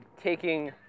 taking